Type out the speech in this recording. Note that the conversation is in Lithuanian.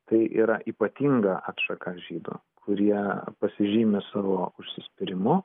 tai yra ypatinga atšaka žydų kurie pasižymi savo užsispyrimu